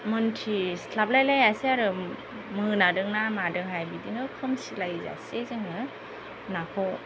मिन्थिस्लाबलाय लायासै आरो मोनादोंना मादोंहाय बिदिनो खोमसिलायजासे जोङो नाखौ